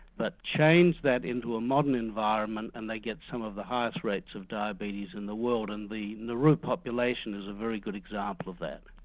but change that into a modern environment and they get some of the highest rates of diabetes in the world and the nauru populations is a very good example of that.